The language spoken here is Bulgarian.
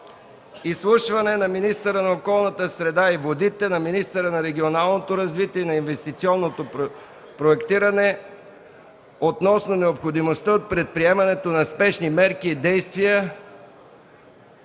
Изслушване на министъра на околната среда и водите, на министъра на регионалното развитие и на министъра на инвестиционното проектиране относно необходимостта от предприемането на спешни мерки и действия